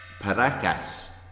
Paracas